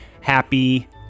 Happy